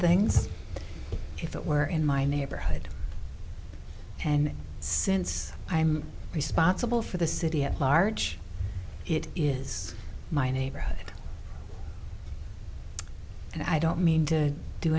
things if it were in my neighborhood and since i'm responsible for the city at large it is my neighborhood and i don't mean to do